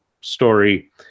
story